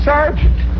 Sergeant